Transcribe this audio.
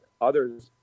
others